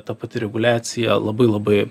ta pati reguliacija labai labai